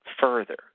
further